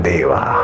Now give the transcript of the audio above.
Deva